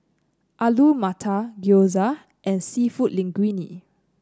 Alu Matar Gyoza and seafood Linguine